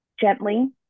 gently